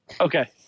Okay